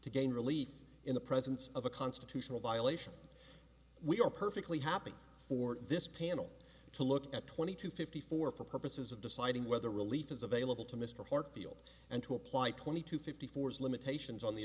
to gain relief in the presence of a constitutional violation we are perfectly happy for this panel to look at twenty two fifty four for purposes of deciding whether relief is available to mr hartsfield and to apply twenty to fifty four's limitations on the